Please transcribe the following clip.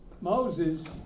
Moses